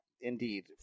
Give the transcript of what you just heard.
indeed